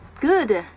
good